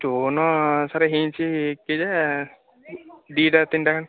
stone sir ହେଇଛି କେଜା ଦୁଇଟା ତିନିଟା